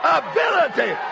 ability